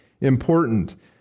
important